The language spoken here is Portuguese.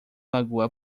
lagoa